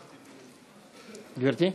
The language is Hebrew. סעיף 19. גברתי.